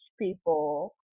people